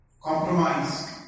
compromise